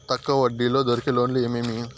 తక్కువ వడ్డీ తో దొరికే లోన్లు ఏమేమీ?